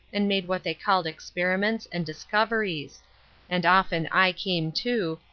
and made what they called experiments and discoveries and often i came, too,